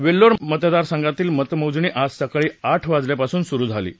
वेल्लोर मतदारसंघातील मतमोजणी आज सकाळी आठ वाजल्यापासून सुरु झाली आहे